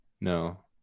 No